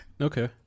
Okay